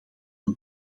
een